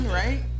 right